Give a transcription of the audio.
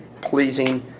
pleasing